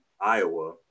Iowa